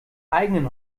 eigenen